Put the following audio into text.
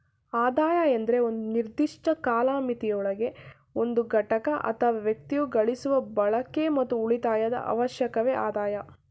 ಆದಾಯ ಎಂದ್ರೆ ಒಂದು ನಿರ್ದಿಷ್ಟ ಕಾಲಮಿತಿಯೊಳಗೆ ಒಂದು ಘಟಕ ಅಥವಾ ವ್ಯಕ್ತಿಯು ಗಳಿಸುವ ಬಳಕೆ ಮತ್ತು ಉಳಿತಾಯದ ಅವಕಾಶವೆ ಆದಾಯ